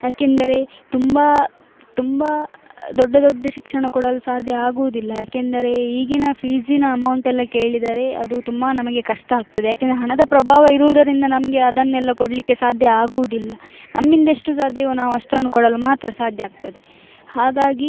ಏಕೆಂದರೆ ತುಂಬ ತುಂಬ ದೊಡ್ಡ ದೊಡ್ಡ ಶಿಕ್ಷಣ ಕೊಡಲು ಸಾಧ್ಯ ಆಗುವುದಿಲ್ಲ ಏಕೆಂದರೆ ಈಗಿನ ಫೀಸಿನ ಅಮೌಂಟೆಲ್ಲ ಕೇಳಿದರೆ ಅದು ತುಂಬ ನಮಗೆ ಕಷ್ಟ ಆಗ್ತದೆ ಏಕೆಂದ್ರೆ ಹಣದ ಪ್ರಭಾವ ಇರುವುದರಿಂದ ನಮಗೆ ಅದನ್ನೆಲ್ಲ ಕೊಡಲಿಕ್ಕೆ ಸಾಧ್ಯ ಆಗುವುದಿಲ್ಲ ನಮ್ಮಿಂದ ಎಷ್ಟು ಸಾಧ್ಯವೋ ನಾವು ಅಷ್ಟನ್ನು ಕೊಡಲು ಮಾತ್ರ ಸಾಧ್ಯ ಆಗ್ತದೆ ಹಾಗಾಗಿ